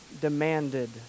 demanded